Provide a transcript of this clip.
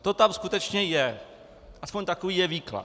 To tam skutečně je, aspoň takový je výklad.